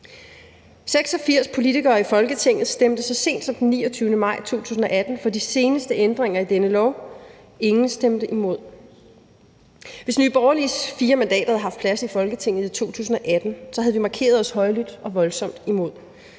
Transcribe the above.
86 politikere i Folketinget stemte så sent som den 29. maj 2018 for de seneste ændringer af denne lov – ingen stemte imod. Hvis Nye Borgerliges fire mandater havde haft plads i Folketinget i 2018, havde vi markeret os højlydt og voldsomt imod.